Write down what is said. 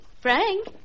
Frank